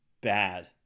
bad